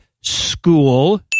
School